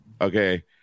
okay